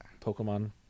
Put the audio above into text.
Pokemon